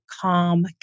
calm